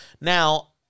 Now